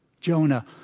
Jonah